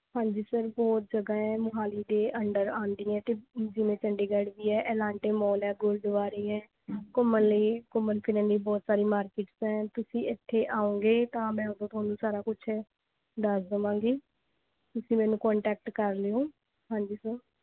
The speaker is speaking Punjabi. ਹਾਂਜੀ ਸਰ ਬਹੁਤ ਜਗ੍ਹਾ ਹੈ ਮੋਹਾਲੀ ਦੇ ਅੰਡਰ ਆਉਂਦੀ ਹੈ ਅਤੇ ਜਿਵੇਂ ਚੰਡੀਗੜ੍ਹ ਵੀ ਹੈ ਇਲਾਂਟੇ ਮੋਲ ਹੈ ਗੁਰਦੁਆਰੇ ਹੈ ਘੁੰਮਣ ਲਈ ਘੁੰਮਣ ਫਿਰਨ ਲਈ ਬਹੁਤ ਸਾਰੀ ਮਾਰਕਿਟਸ ਹੈ ਤੁਸੀਂ ਇੱਥੇ ਆਉਂਗੇ ਤਾਂ ਮੈਂ ਉਦੋਂ ਤੁਹਾਨੂੰ ਸਾਰਾ ਕੁਛ ਦੱਸ ਦੇਵਾਂਗੀ ਤੁਸੀਂ ਮੈਨੂੰ ਕੌਂਟੈਕਟ ਕਰ ਲਿਓ ਹਾਂਜੀ ਸਰ